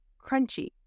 crunchy